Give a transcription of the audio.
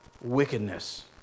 wickedness